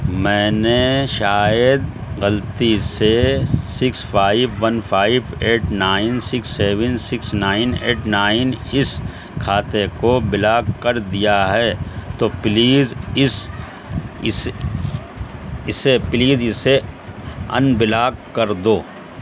میں نے شاید غلطی سے six five one five eight nine six seven six nine eight nine اس کھاتے کو بلاک کر دیا ہے تو پلیز اس اسے پلیز اسے ان بلاک کر دو